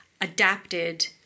adapted